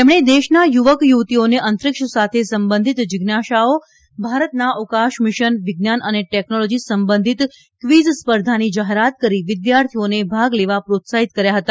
તેમણે દેશના યુવક યુવતિઓને અંતરીક્ષ સાથે સંબંધિત જીજ્ઞાસાઓ ભારતના અવકાશ મિશનવિજ્ઞાન અને ટેકનોલોજી સંબંધિત કવીઝ સ્પર્ધાની જાહેરાત કરી વિદ્યાર્થીઓને ભાગ લેવા પ્રોત્સાહિત કર્યા ફતા